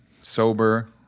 sober